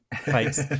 Thanks